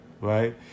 right